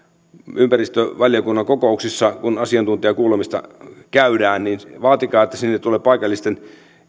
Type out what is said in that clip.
ympäristövaliokunnan kokouksissa kun asiantuntijakuulemista käydään että sinne tulevat paikallisten